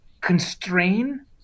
constrain